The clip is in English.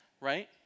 right